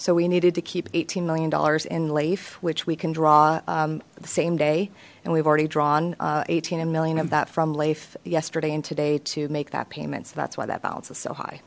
so we needed to keep eighteen million dollars in life which we can draw the same day and we've already drawn eighteen and million of that from leaf yesterday and today to make that payment so that's why that balance is so high